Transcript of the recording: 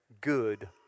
good